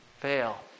fail